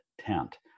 tent